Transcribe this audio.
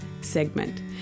segment